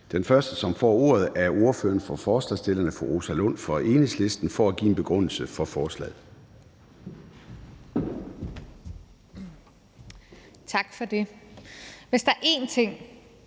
Den første, som får ordet, er ordføreren for forslagsstillerne, fru Rosa Lund fra Enhedslisten, for at give en begrundelse for forslaget.